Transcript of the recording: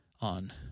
on